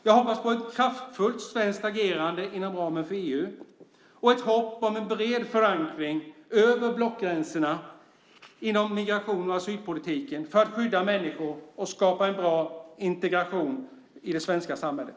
Jag hoppas på ett kraftfullt svenskt agerande inom ramen för EU och på en bred förankring över blockgränserna inom migrations och asylpolitiken för att skydda människor och skapa en bra integration i det svenska samhället.